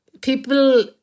people